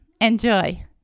Enjoy